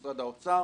משרד האוצר